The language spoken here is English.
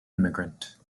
immigrant